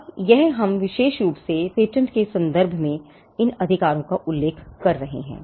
अब यह हम विशेष रूप से पेटेंट के संदर्भ में इन अधिकारों का उल्लेख कर रहे हैं